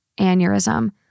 Aneurysm